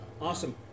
Awesome